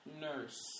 nurse